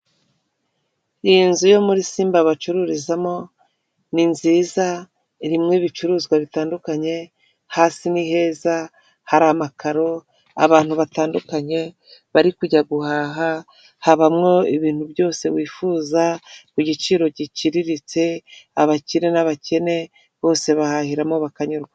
Iyi nzu yo muri simba bacururizamo ni nziza irimo ibicuruzwa bitandukanye hasi niheza hari amakaro ,abantu batandukanye bari kujya guhaha habamo ibintu byose wifuza ku giciro giciriritse abakire n'abakene bose bahahiramo bakanyurwa .